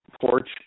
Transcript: porch